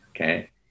Okay